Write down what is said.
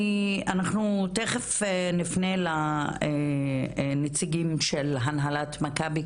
אנחנו תכף נפנה לנציגים של הנהלת מכבי,